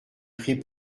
pris